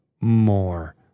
more